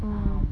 oh